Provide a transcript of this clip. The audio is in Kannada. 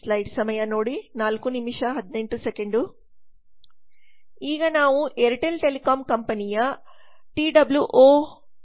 ಈಗ ನಾವುಏರ್ಟೆಲ್ ಟೆಲಿಕಾಂ ಕಂಪನಿಯ ಟಿ ಒ ಡಬ್ಲ್ಯೂS ಮ್ಯಾಟ್ರಿಕ್ಸ್ ಅನ್ನುನೋಡುತ್ತೇವೆ